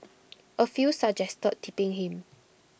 A few suggested tipping him